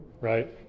right